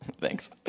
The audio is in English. Thanks